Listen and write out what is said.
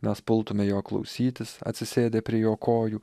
mes pultume jo klausytis atsisėdę prie jo kojų